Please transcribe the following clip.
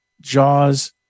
JAWS